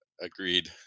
Agreed